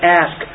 ask